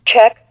Check